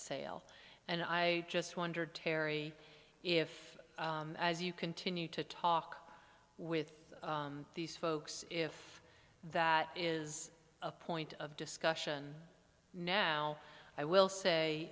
sale and i just wonder terry if you continue to talk with these folks if that is a point of discussion now i will say